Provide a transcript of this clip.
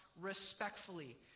respectfully